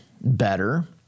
better